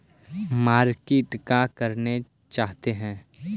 Market का करने जाते हैं?